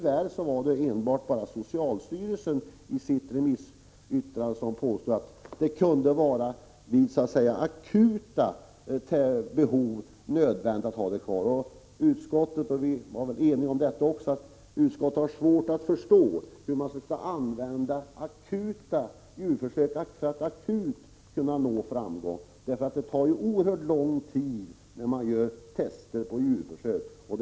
Det var enbart socialstyrelsen som i sitt remissyttrande påstod att det vid akuta behov kunde visa sig nödvändigt att ha kvar LD 50. Utskottet var enigt om att det är svårt att förstå hur man vid akuta behov skall kunna nå framgång med djurförsök, eftersom det tar oerhört lång tid att få fram resultat av djurförsök.